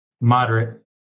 moderate